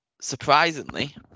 surprisingly